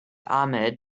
ahmed